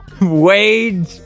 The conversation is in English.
Wade